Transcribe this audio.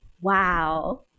wow